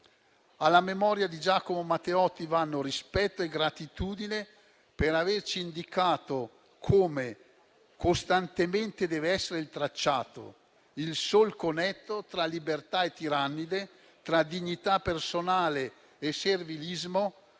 Alla memoria di Giacomo Matteotti vanno rispetto e gratitudine per averci indicato come costantemente deve essere tracciato il solco netto tra libertà e tirannide, tra dignità personale e servilismo,